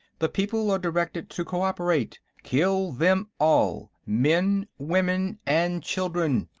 the people are directed to cooperate kill them all, men, women and children.